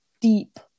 deep